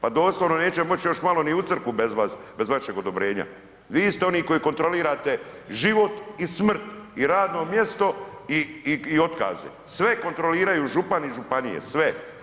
Pa doslovno nećemo moći još malo ni u crkvu bez vas bez vašeg odobrenja. vi ste oni koji kontrolirate život i smrti i radno mjesto i otkaze, sve kontroliraju župani i županije, sve.